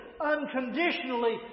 unconditionally